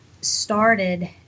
started